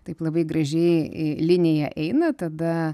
taip labai gražiai linija eina tada